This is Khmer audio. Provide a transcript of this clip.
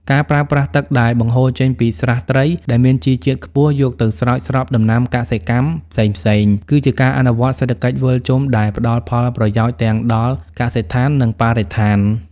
ការប្រើប្រាស់ទឹកដែលបង្ហូរចេញពីស្រះត្រីដែលមានជាតិជីខ្ពស់ យកទៅស្រោចស្រពដំណាំកសិកម្មផ្សេងៗ គឺជាការអនុវត្តសេដ្ឋកិច្ចវិលជុំដែលផ្ដល់ផលប្រយោជន៍ទាំងដល់កសិដ្ឋាន និងបរិស្ថាន។